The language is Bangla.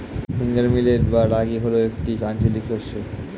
ফিঙ্গার মিলেট বা রাগী হল একটি আঞ্চলিক শস্য